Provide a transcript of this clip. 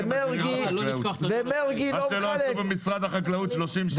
מה שלא עשו במשרד החקלאות כבר 30 שנים עושים עכשיו.